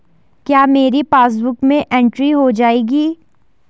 क्या मेरी पासबुक में एंट्री हो जाएगी?